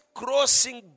crossing